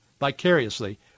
vicariously